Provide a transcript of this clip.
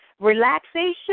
relaxation